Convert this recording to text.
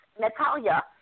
Natalia